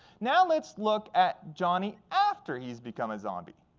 now, let's look at johnny after he's become a zombie.